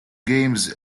games